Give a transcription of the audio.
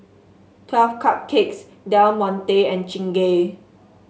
Twelve Cupcakes Del Monte and Chingay